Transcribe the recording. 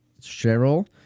Cheryl